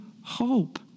hope